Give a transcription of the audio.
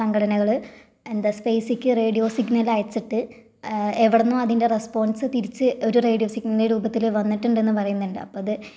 സഘടനകൾ എന്താ സ്പെയ്സിലേക്ക് radio signal അയച്ചിട്ട് എവിടെ നിന്നോ അതിൻ്റെ റെസ്പോൺസ് തിരിച്ച് ഒരു റേഡിയോ സിഗ്നലിൻ്റെ രൂപത്തിൽ വന്നിട്ടുണ്ടെന്ന് പറയുന്നുണ്ട് അപ്പോൾ അത്